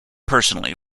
personally